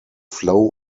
flow